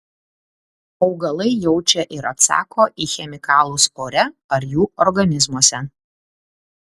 augalai jaučia ir atsako į chemikalus ore ar jų organizmuose